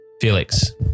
Felix